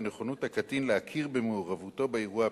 ונכונות הקטין להכיר במעורבותו באירוע הפלילי.